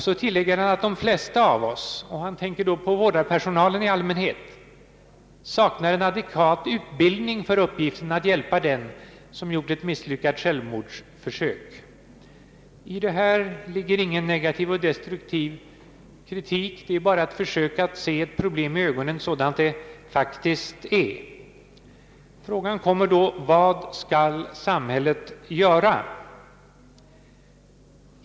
Så tillägger han att de flesta av oss — och han tänker då på vårdpersonalen i allmänhet — saknar en adekvat utbildning för uppgiften att hjälpa den som gjort ett misslyckat självmordsförsök. I detta ligger ingen negativ och destruktiv kritik. Det är bara ett försök att se problemet i ögonen sådant det faktiskt är. Frågan kommer då: Vad skall samhället göra?